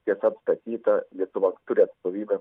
tiesa atstatyta lietuva turi atstovybę